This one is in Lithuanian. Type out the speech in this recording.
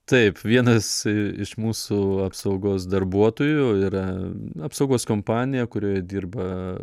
taip vienas iš mūsų apsaugos darbuotojų yra apsaugos kompanija kurioje dirba